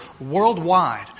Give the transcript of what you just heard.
worldwide